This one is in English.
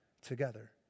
together